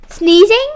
Sneezing